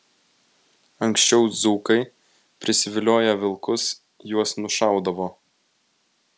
anksčiau dzūkai prisivilioję vilkus juos nušaudavo